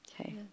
Okay